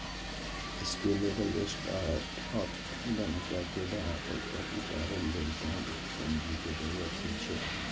scalable startup उद्यमिता के धरातल पर उतारै लेल बहुत पूंजी के जरूरत होइ छै